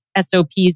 SOPs